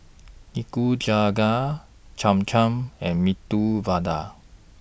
Nikujaga Cham Cham and Medu Vada